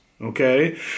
okay